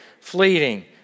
fleeting